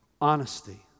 honesty